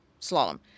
slalom